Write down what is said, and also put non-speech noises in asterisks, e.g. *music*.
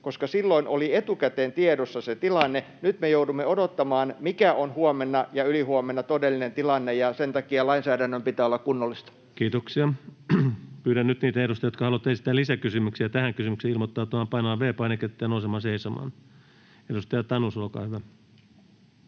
koska silloin oli etukäteen tiedossa se tilanne. *noise* Nyt me joudumme odottamaan, mikä on huomenna ja ylihuomenna todellinen tilanne, ja sen takia lainsäädännön pitää olla kunnollista. Kiitoksia. — Pyydän nyt niitä edustajia, jotka haluavat esittää lisäkysymyksiä tähän kysymykseen, ilmoittautumaan painamalla V-painiketta ja nousemalla seisomaan. — Edustaja Tanus, olkaa hyvä.